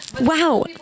Wow